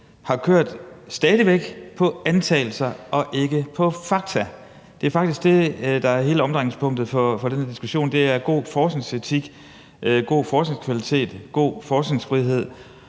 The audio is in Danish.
har kørt på antagelser og ikke på fakta. Det, der faktisk er hele omdrejningspunktet i den her diskussion, er god forskningsetik, god forskningskvalitet og god forskningsfrihed,